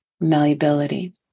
malleability